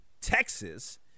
texas